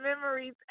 memories